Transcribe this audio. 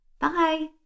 bye